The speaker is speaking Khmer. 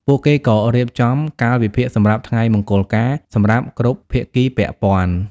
ពួកគេក៏រៀបចំ កាលវិភាគសម្រាប់ថ្ងៃមង្គលការ សម្រាប់គ្រប់ភាគីពាក់ព័ន្ធ។